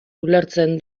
ulertzen